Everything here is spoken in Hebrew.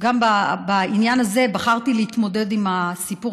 גם בעניין הזה בחרתי להתמודד עם הסיפור